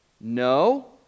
No